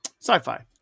Sci-fi